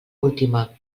última